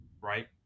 right